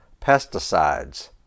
pesticides